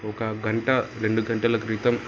ఒక గంట రెండు గంటల క్రితం